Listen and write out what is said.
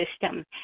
system